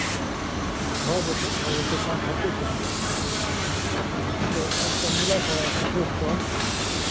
भऽ जेतै भऽ जेतै काज हेतै किएक नहि भऽ जेतै आबि कऽ मिलय पड़त ऑफिसपर